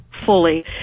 fully